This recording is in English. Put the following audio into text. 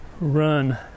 run